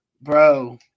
Bro